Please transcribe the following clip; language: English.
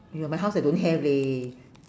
!aiyo! my house I don't have leh